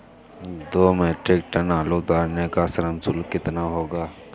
दो metric tonne आलू उतारने का श्रम शुल्क कितना होगा?